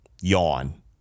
Yawn